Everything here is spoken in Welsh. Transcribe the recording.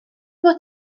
fod